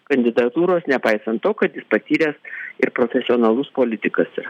kandidatūros nepaisant to kad jis patyręs ir profesionalus politikas yra